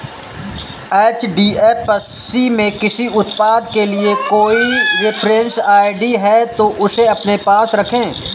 HDFC में किसी उत्पाद के लिए कोई रेफरेंस आई.डी है, तो उसे अपने पास रखें